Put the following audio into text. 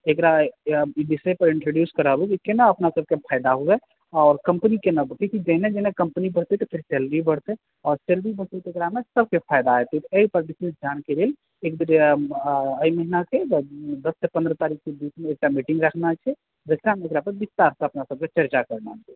एकरा विषय पर इंट्रोडूस कराबू जे केना अपना सबके फायदा हुए और कम्पनी केना बढ़ैक किये कि जेना कम्पनी बढ़तै तऽ सेलरी बढ़तै और सेलरी बढ़तै तऽ एकरा मे सबके फायदा हेतै एहि पर विशेष ध्यान देबै एक दू जगह पे एहि योजना के दस सॅं पन्द्रह तारीख के बीच मे एकटा मीटिंग राखना छै जाहिसॅं हम एकरा पर विस्तारसॅं अपना सबके चर्चा करना छै